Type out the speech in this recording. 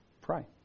Pray